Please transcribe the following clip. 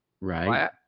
right